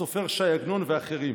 הסופר ש"י עגנון ואחרים.